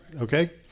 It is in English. Okay